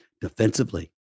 Defensively